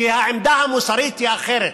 כי העמדה המוסרית היא אחרת.